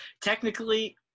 Technically